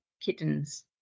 kittens